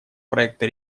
проекта